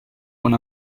con